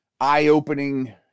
eye-opening